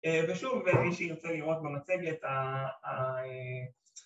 ‫ושוב, מי שרוצה לראות במצגת את ה...